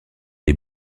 des